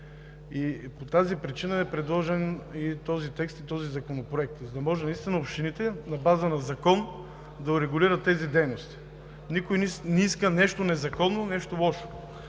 По тази причина е предложен и този текст, този законопроект, за да може наистина общините на база на закон да урегулират тези дейности. Никой не иска нещо незаконно, нещо лошо!